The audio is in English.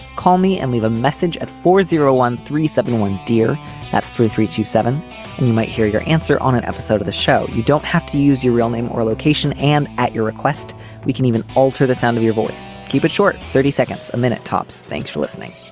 call me and leave a message at four zero one three seven one dear that's three three two seven and you might hear your answer on an episode of the show. you don't have to use your real name or location and at your request we can even alter the sound of your voice. keep it short thirty seconds a minute tops thanks for listening